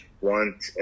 want